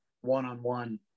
one-on-one